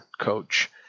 coach